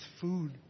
food